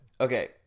Okay